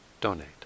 donate